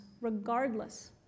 regardless